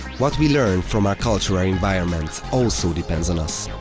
what we learn from our cultural environment also depends on us.